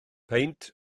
peint